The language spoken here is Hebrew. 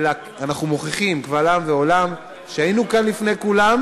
אלא אנחנו מוכיחים קבל עם ועולם שהיינו כאן לפני כולם,